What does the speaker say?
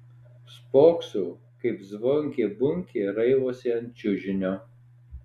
spoksau kaip zvonkė bunkė raivosi ant čiužinio